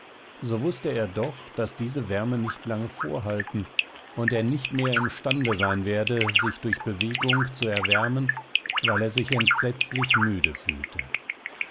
so wußte er doch daß diese wärme nicht lange vorhalten und er nicht mehr imstande sein werde sich durch bewegung zu erwärmen weil er sich entsetzlich müde fühlte